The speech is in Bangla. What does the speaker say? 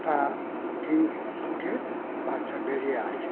তা ডিম ফুটে বাচ্চা বেরিয়ে আসে